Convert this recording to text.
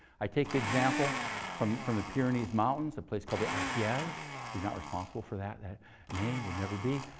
i take the example from from the pyrenees mountains, a place called the ah yeah ah ariege. you're not responsible for that that name, would never be.